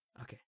Okay